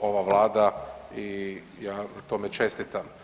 ova Vlada i ja na tome čestitam.